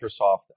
Microsoft